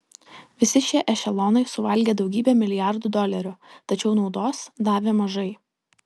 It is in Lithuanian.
visi šie ešelonai suvalgė daugybę milijardų dolerių tačiau naudos davė mažai